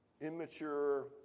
immature